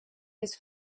his